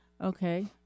Okay